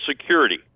Security